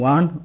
One